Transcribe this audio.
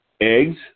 eggs